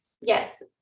yes